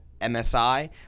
MSI